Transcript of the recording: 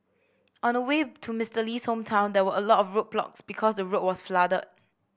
on the way to Mister Lee's hometown there were a lot of roadblocks because the road was flooded